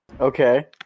Okay